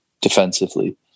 defensively